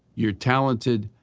you're talented,